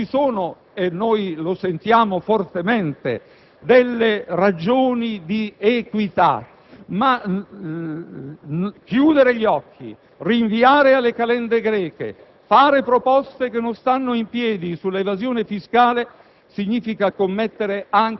e generale; non ci sono - lo avvertiamo fortemente - ragioni di equità, ma chiudere gli occhi, rinviare alle calende greche e fare proposte che non stanno in piedi sull'evasione fiscale